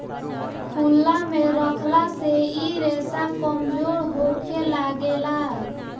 खुलला मे रखला से इ रेसा कमजोर होखे लागेला